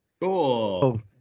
cool